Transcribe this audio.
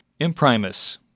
Imprimus